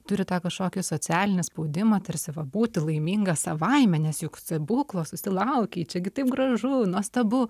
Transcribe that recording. turi tą kažkokį socialinį spaudimą tarsi va būti laiminga savaime nes juk stebuklo susilaukei čiagi taip gražu nuostabu